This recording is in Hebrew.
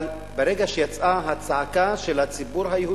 אבל ברגע שיצאה הצעקה של הציבור היהודי,